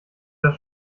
das